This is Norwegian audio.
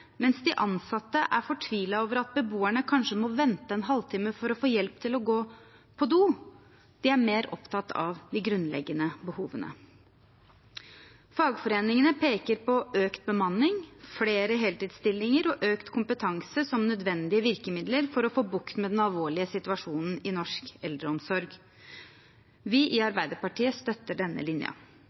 mens de ansatte er fortvilet over at beboerne kanskje må vente en halvtime for å få hjelp til å gå på do. De er mer opptatt av de grunnleggende behovene. Fagforeningene peker på økt bemanning, flere heltidsstillinger og økt kompetanse som nødvendige virkemidler for å få bukt med den alvorlige situasjonen i norsk eldreomsorg. Vi i Arbeiderpartiet støtter denne